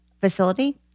facility